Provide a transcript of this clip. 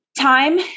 Time